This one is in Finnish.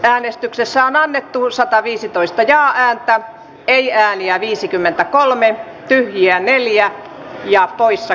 äänestyksessä on annettu usa viisitoista ja häntä ei ääniä viisikymmentäkolme ja jäi neljä äänestysjärjestys hyväksyttiin